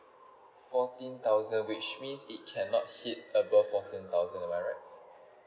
fourteen thousand which means it cannot hit above fourteen thousand am I right